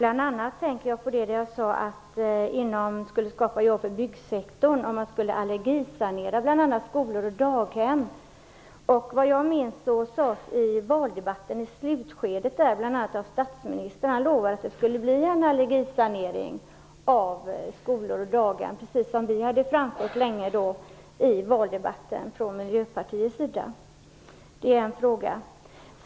Jag tänker bl.a. på att det skulle skapa jobb i byggsektorn om man allergisanerar skolor och daghem. Vad jag minns lovade statsministern i slutskedet av valdebatten att det skulle bli en allergisanering av skolor och daghem, precis som Miljöpartiet länge hade framfört i valdebatten. Det är en fråga.